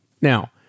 Now